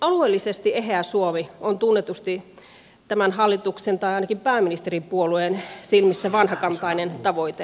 alueellisesti eheä suomi on tunnetusti tämän hallituksen tai ainakin pääministeripuolueen silmissä vanhakantainen tavoite